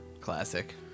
Classic